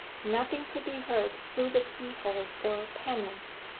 nothing could be heard through the keyhole or panels.